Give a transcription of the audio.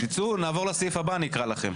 תצאו, נעבור לסעיף הבא ואז אקרא לכם.